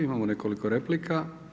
Imamo nekoliko replika.